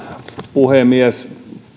puhemies